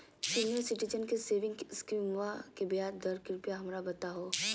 senior citizen के saving स्कीमवा के ब्याज दर कृपया हमरा बताहो